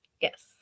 yes